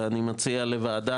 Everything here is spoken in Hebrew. אני מציע לוועדה,